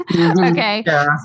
Okay